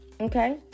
Okay